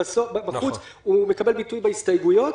הוא מקבל ביטוי בהסתייגויות.